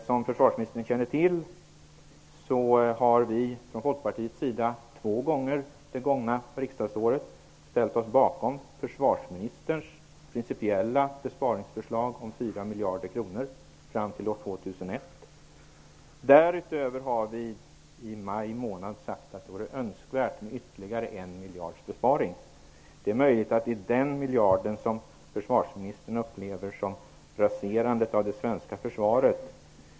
Som försvarsministern känner till har vi från Folkpartiets sida två gånger det gångna riksdagsåret ställt oss bakom försvarsministerns principiella besparingsförslag om fyra miljarder kronor fram till år 2001. Därutöver har vi i maj månad sagt att det vore önskvärt med en ytterligare besparing på en miljard kronor. Det är möjligt att det är den miljarden som försvarsministern upplever som raserandet av det svenska försvaret.